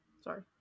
Sorry